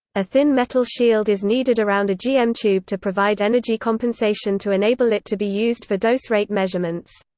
a thin metal shield is needed around a gm tube to provide energy compensation to enable it to be used for dose rate measurements.